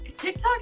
TikTok